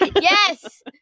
Yes